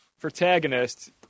protagonist